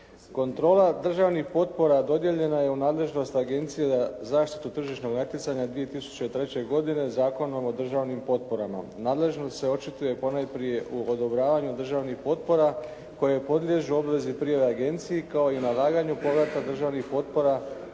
Kontrola državnih potpora dodijeljena je u nadležnost Agencija zaštitu tržišnog natjecanja 2003. godine Zakonom o državnim potporama. Nadležnost se očituje ponajprije u odobravanju državnih potpora koje podliježu obvezi pri agenciji kao i … /Govornik se ne razumije./ … povratka državnih potpora